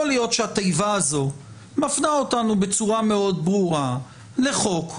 יכול להיות שהתיבה הזאת מפנה אותנו בצורה מאוד ברורה לחוק,